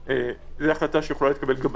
זו החלטה שיכולה להתקבל גם בהמשך,